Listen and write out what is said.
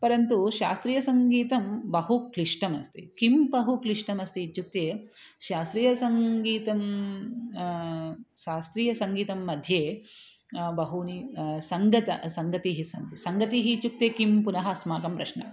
परन्तु शास्त्रीयसङ्गीतं बहु क्लिष्टमस्ति किं बहु क्लिष्टमस्ति इत्युक्ते शास्त्रीयसङ्गीतं शास्त्रीयसङ्गीतम्म्ध्ये बहूनि सङ्गत सङ्गतिः सन्त् सङ्गतिः इत्युक्ते किं पुनः अस्माकं प्रश्नः